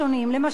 למשל,